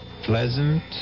pleasant